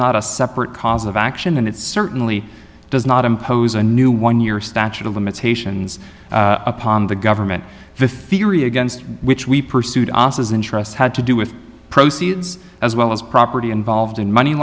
not a separate cause of action and it certainly does not impose a new one year statute of limitations upon the government the theory against which we pursued us as interest had to do with proceeds as well as property involved in money